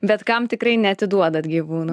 bet kam tikrai neatiduodat gyvūnų